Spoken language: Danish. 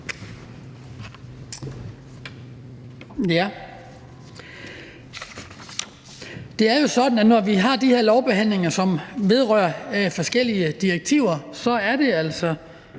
har de her lovbehandlinger, som vedrører forskellige direktiver, er det altså